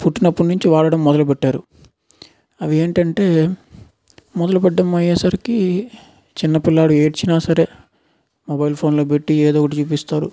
పుట్టినప్పటి నుంచి వాడటం మొదలుపెట్టారు అవి ఏంటంటే మొదలు పెట్టడం అయ్యే సరికి చిన్న పిల్లాడు ఏడ్చినా సరే మొబైల్ ఫోన్లో పెట్టి ఏదో ఒకటి చూపిస్తారు